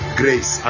grace